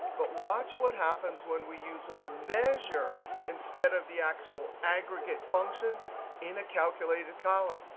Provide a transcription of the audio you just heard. but watch what happens when we use a measure instead of the actual aggregate function in a calculated column.